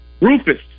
Rufus